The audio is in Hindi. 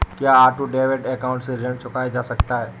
क्या ऑटो डेबिट अकाउंट से ऋण चुकाया जा सकता है?